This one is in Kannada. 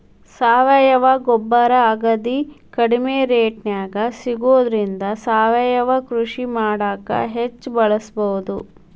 ಸಾವಯವ ಗೊಬ್ಬರ ಅಗದಿ ಕಡಿಮೆ ರೇಟ್ನ್ಯಾಗ ಸಿಗೋದ್ರಿಂದ ಸಾವಯವ ಕೃಷಿ ಮಾಡಾಕ ಹೆಚ್ಚ್ ಬಳಸಬಹುದು